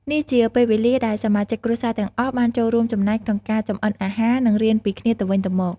នេះជាពេលវេលាដែលសមាជិកគ្រួសារទាំងអស់បានចូលរួមចំណែកក្នុងការចម្អិនអាហារ និងរៀនពីគ្នាទៅវិញទៅមក។